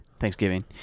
thanksgiving